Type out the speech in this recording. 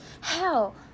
Hell